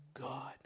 God